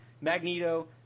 Magneto